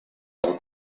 del